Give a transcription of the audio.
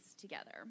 together